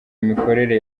imikorere